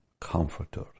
comforter